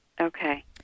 Okay